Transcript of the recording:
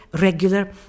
regular